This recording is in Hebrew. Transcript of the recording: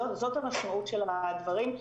זאת המשמעות של הדברים.